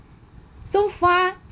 so far